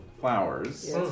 flowers